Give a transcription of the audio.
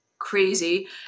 crazy